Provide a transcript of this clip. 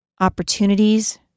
opportunities